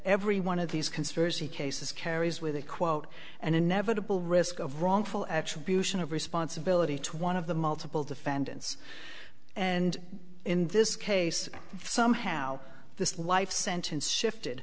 every one of these conspiracy cases carries with it quote an inevitable risk of wrongful actually of responsibility to one of the multiple defendants and in this case somehow this life sentence shifted